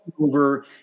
over